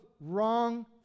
wrong